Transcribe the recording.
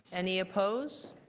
any opposed?